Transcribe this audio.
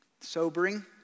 sobering